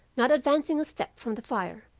not advancing a step from the fire,